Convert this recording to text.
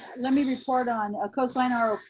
let me report on a coastline ah rop,